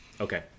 Okay